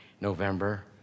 November